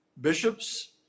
bishops